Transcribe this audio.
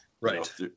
Right